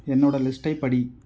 என்னோட லிஸ்ட்டை படி